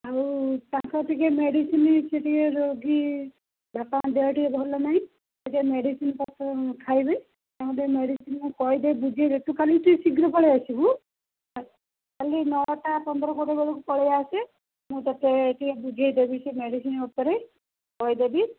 ଆଉ ତାଙ୍କର ଟିକେ ମେଡ଼ିସିନ୍ ସିଏ ଟିକେ ରୋଗୀ ବାପାଙ୍କ ଦେହ ଟିକେ ଭଲ ନାହିଁ ସେ ଟିକେ ମେଡ଼ିସିନ୍ ପତ୍ର ଖାଇବେ ତାଙ୍କୁ ଟିକେ ମେଡ଼ିସିନ୍ ମୁଁ କହିଦେବି ବୁଝିଦେବି ତୁ କାଲି ଟିକେ ଶୀଘ୍ର ପଳେଇଆସିବୁ କାଲି ନଅଟା ପନ୍ଦର କୋଡ଼ିଏ ବେଳକୁ ପଳାଇ ଆସେ ମୁଁ ତୋତେ ଟିକେ ବୁଝାଇ ଦେବି ସେ ମେଡ଼ିସିନ୍ ଉପରେ କହିଦେବି